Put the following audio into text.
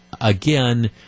again